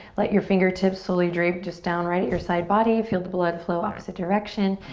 let your fingertips slowly drape just down right at your side body. feel the blood flow opposite direction.